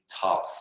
top